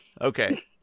Okay